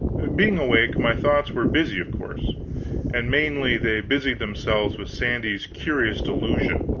being awake, my thoughts were busy, of course and mainly they busied themselves with sandy's curious delusion.